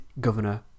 governor